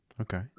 Okay